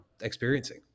experiencing